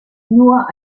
nur